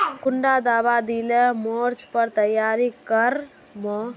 कुंडा दाबा दिले मोर्चे पर तैयारी कर मो?